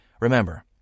Remember